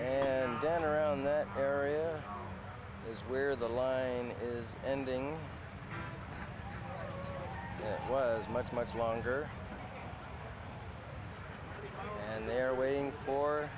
and then around that area is where the line is ending was much much longer and they're waiting for